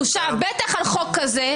בטח על חוק כזה,